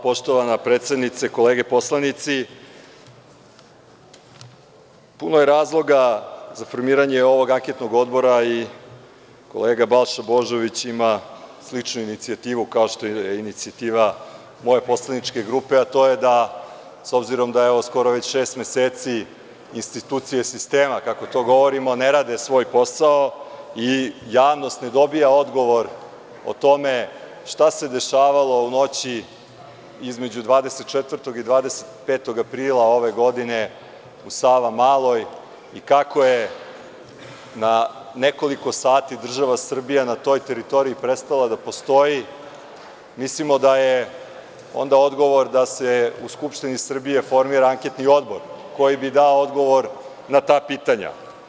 Poštovana predsednice, kolege poslanici, puno je razloga za formiranje ovog anketnog odbora i kolega Balša Božović ima sličnu inicijativu kao što je inicijativa moje poslaničke grupe, a to je da, s obzirom da evo skoro već šest meseci institucije sistema, kako to govorimo, ne rade svoj posao i javnost ne dobija odgovor o tome šta se dešavalo u noći između 24. i 25. aprila ove godine, u Savamaloj i kako je na nekoliko sati država Srbija na toj teritoriji prestala da postoji, mislimo da je onda odgovor da se u Skupštini Srbije formira anketni odbor koji bi dao odgovor na ta pitanja.